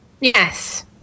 Yes